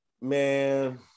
man